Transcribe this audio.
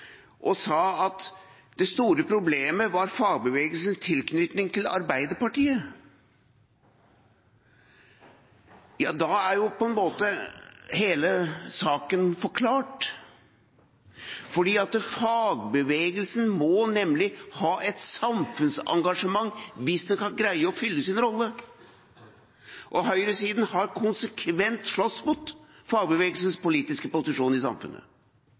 sa at det store problemet er fagbevegelsens tilknytning til Arbeiderpartiet. Ja, da er jo hele saken forklart, for fagbevegelsen må nemlig ha et samfunnsengasjement hvis den skal greie å fylle sin rolle. Høyresida har konsekvent slåss mot fagbevegelsens politiske posisjon i samfunnet.